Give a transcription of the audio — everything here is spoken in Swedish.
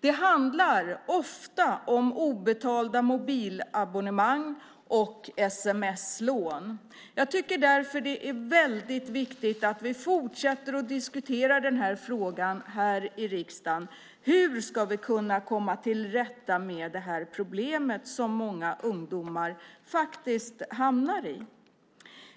Det handlar ofta om obetalda mobilabonnemang och sms-lån. Jag tycker därför att det är väldigt viktigt att vi fortsätter att diskutera den här frågan här i riksdagen. Hur ska vi kunna komma till rätta med det här problemet, som många unga faktiskt hamnar i?